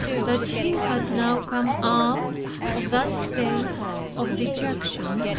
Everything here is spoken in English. and that she had now come out of that state of dejection,